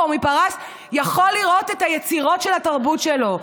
או מפרס יכול לראות את היצירות של התרבות שלו.